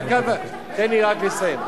אז דקה, תן לי רק לסיים.